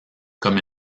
comme